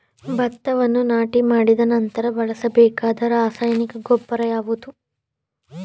ಭತ್ತವನ್ನು ನಾಟಿ ಮಾಡಿದ ನಂತರ ಬಳಸಬೇಕಾದ ರಾಸಾಯನಿಕ ಗೊಬ್ಬರ ಯಾವುದು?